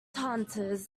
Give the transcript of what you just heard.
hunters